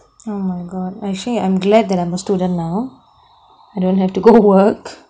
oh my god actually I'm glad that I'm a student now I don't have to go work